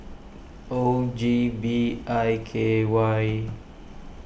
O G V I K Y